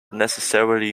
necessarily